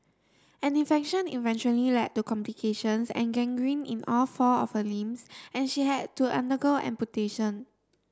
an infection eventually led to complications and gangrene in all four of her limbs and she had to undergo amputation